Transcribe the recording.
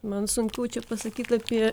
man sunku čia pasakyti apie